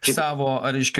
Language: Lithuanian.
savo ar reiškia